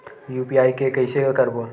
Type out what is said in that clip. UPI के कइसे करबो?